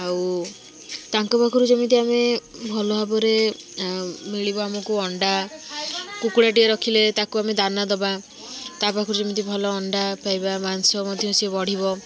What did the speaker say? ଆଉ ତାଙ୍କ ପାଖରୁ ଯେମିତି ଆମେ ଭଲ ଭାବରେ ମିଳିବ ଆମକୁ ଅଣ୍ଡା କୁକୁଡ଼ାଟିଏ ରଖିଲେ ତାକୁ ଆମେ ଦାନା ଦେବା ତା ପାଖରୁ ଯେମିତି ଭଲ ଅଣ୍ଡା ପାଇବା ମାଂସ ମଧ୍ୟ ସେ ବଢି଼ବ